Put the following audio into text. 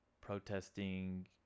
protesting